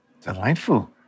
Delightful